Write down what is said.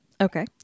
Okay